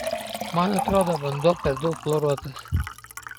man atrodo vanduo per daug chloruotas